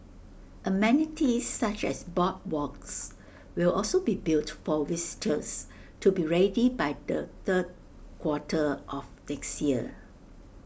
amenities such as boardwalks will also be built for visitors to be ready by the third quarter of next year